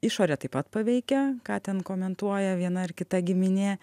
išorė taip pat paveikia ką ten komentuoja viena ar kita giminė